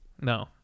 No